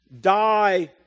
die